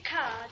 card